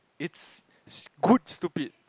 it's good stupid